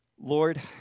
Lord